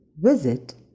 visit